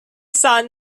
son